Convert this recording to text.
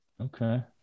okay